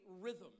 rhythm